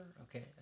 okay